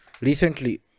recently